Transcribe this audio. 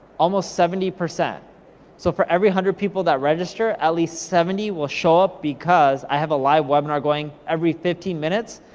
almost seventy, so for every hundred people that register, at least seventy will show up, because i have a live webinar going every fifteen minutes,